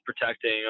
protecting